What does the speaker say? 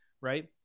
right